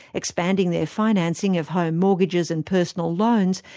expanding their financing of home mortgages and personal loans,